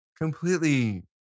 completely